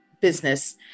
business